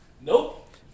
Nope